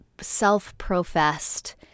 self-professed